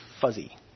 fuzzy